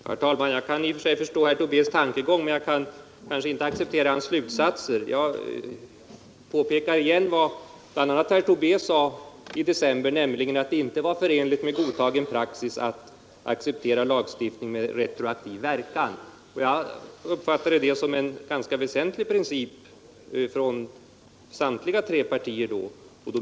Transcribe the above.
Herr talman! Jag kan i och för sig förstå herr Tobés tankegång men kan kanske inte acceptera hans slutsatser. Jag påpekar igen vad bl.a. herr Tobé sade i december, nämligen att det inte var förenligt med godtagen praxis att acceptera lagstiftning med retroaktiv verkan. Jag uppfattade det som en ganska väsentlig princip för samtliga tre partier.